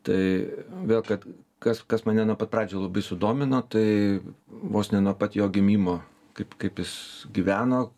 tai vėl kad kas kas mane nuo pat pradžių labai sudomino tai vos ne nuo pat jo gimimo kaip kaip jis gyveno